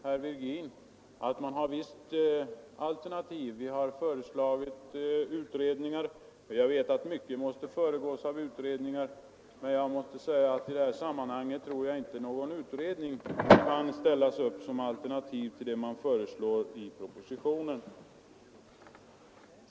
Herr Virgin svarar då: ”Vi har visst alternativ. Vi har föreslagit utredningar.” Jag vet att mycket måste föregås av utredningar, men i det här sammanhanget tror jag inte att någon utredning kan ställas upp som alternativ till det som föreslås i propositionen.